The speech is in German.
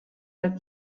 der